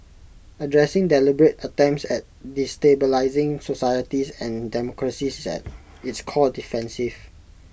addressing deliberate attempts at destabilising societies and democracies is at its core defensive